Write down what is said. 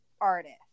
artist